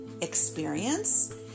experience